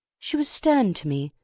she was stern to me,